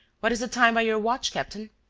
what is the time by your watch, captain?